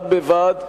בד בבד,